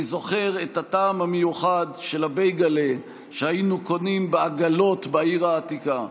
ואני זוכר את הטעם המיוחד של הבייגל'ה שהיינו קונים בעגלות בעיר העתיקה.